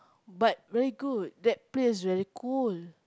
but very good that place very cool